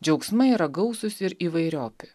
džiaugsmai yra gausūs ir įvairiopi